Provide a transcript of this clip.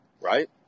right